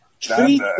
treat